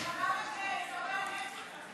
חבל רק שסרבן גט